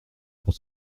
pour